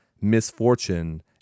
Misfortune